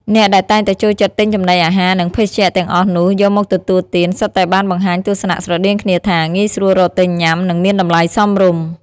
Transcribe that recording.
អ្នកដែលតែងតែចូលចិត្តទិញចំណីអាហារ និងភេសជ្ជៈទាំងអស់នោះយកមកទទួលទាន សុទ្ធតែបានបង្ហាញទស្សនៈស្រដៀងគ្នាថា ងាយស្រួលរកទិញញុាំ និងមានតម្លៃសមរម្យ។